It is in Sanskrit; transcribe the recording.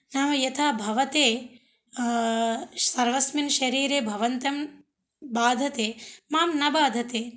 नाम यथा भवते सर्वस्मिन् शरीरे भवन्तं बाधते मां न बाधते